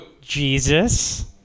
Jesus